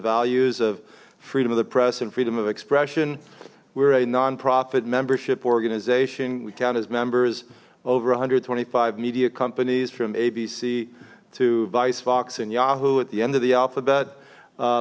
values of freedom of the press and freedom of expression we're a non profit membership organization we count as members over one hundred and twenty five media companies from abc to vice fox and yahoo at the end of the alphabet